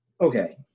Okay